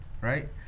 right